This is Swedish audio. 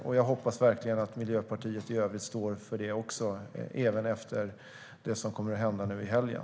Och jag hoppas verkligen att också Miljöpartiet i övrigt står för detta, även efter det som kommer att hända nu i helgen.